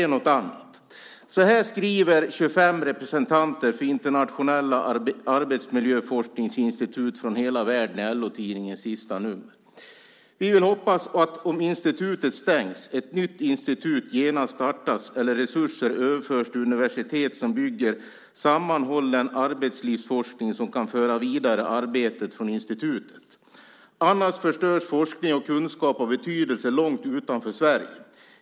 I senaste numret av LO-tidningen skriver 25 representanter för internationella arbetsmiljöforskningsinstitut från hela världen: "Vi vill hoppas att om institutet stängs, ett nytt institut genast startas eller resurser överförs till universitet som bygger sammanhållen arbetslivsforskning som kan föra vidare arbetet från institutet. Annars förstörs forskning och kunskap av betydelse långt utanför Sverige.